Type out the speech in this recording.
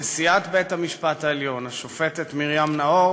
נשיאת בית-המשפט העליון השופטת מרים נאור